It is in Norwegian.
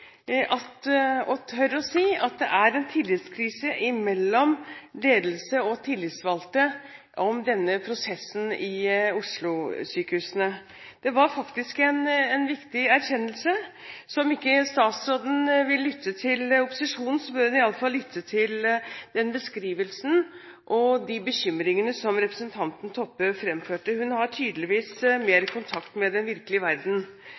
– og tør å si – at det er en tillitskrise mellom ledelse og tillitsvalgte om prosessen i Oslo-sykehusene. Det var faktisk en viktig erkjennelse. Så om ikke statsråden vil lytte til opposisjonen, bør hun i hvert fall lytte til den beskrivelsen og de bekymringene som representanten Toppe fremførte. Hun har tydeligvis mer kontakt med den virkelige verden.